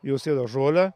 jos ėda žolę